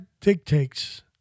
dictates